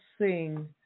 sing